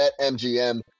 BetMGM